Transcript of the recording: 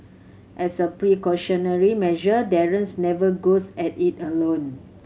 as a precautionary measure Darren never goes at it alone